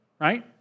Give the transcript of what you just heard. Right